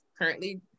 currently